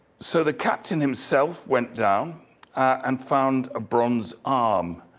so the captain himself went down and found bronze arm,